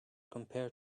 compare